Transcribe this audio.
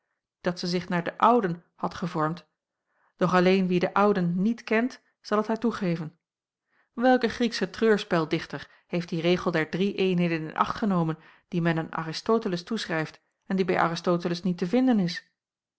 dat zij zich naar de ouden had gevormd doch alleen wie de ouden niet kent zal het haar toegeven welke grieksche treurspeldichter heeft dien regel der drie eenheden in acht genomen dien men aan aristoteles toeschrijft en die bij aristoteles niet te vinden is